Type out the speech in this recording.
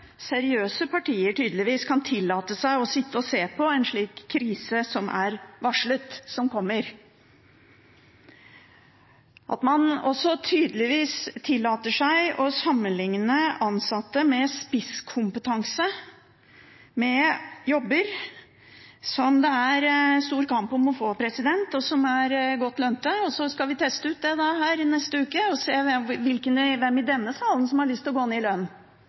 seriøse partier tydeligvis kan tillate seg å sitte og se på en slik krise som er varslet, som kommer, og at man også tydeligvis tillater seg å sammenligne ansatte med spisskompetanse med jobber som det er stor kamp om å få, og som er godt lønnet. Så skal vi teste ut det da her i neste uke og se hvem i denne salen som har lyst til å gå ned i lønn.